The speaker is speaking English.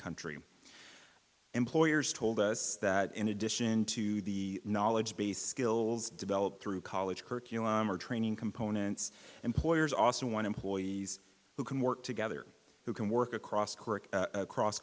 country employers told us that in addition to the knowledge base skills developed through college curriculum or training components employers also one employees who can work together who can work across correct across